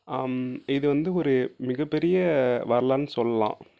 இது வந்து ஒரு மிக பெரிய வரலாறுன்னு சொல்லலாம்